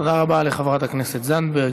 תודה רבה לחברת הכנסת זנדברג.